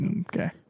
Okay